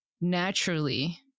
naturally